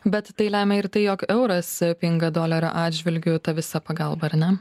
bet tai lemia ir tai jog euras pinga dolerio atžvilgiu ta visa pagalba ar ne